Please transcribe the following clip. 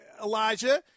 Elijah